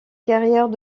carrière